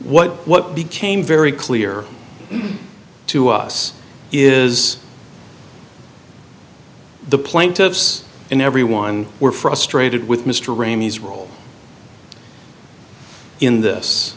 what what became very clear to us is the plaintiffs in everyone were frustrated with mr remis role in this